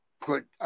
put